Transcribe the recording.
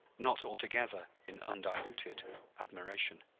not altogether in undiluted admiration.